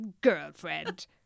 girlfriend